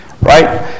right